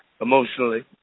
emotionally